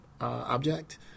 object